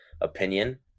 opinion